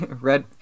red